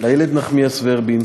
איילת נחמיאס ורבין,